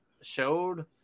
showed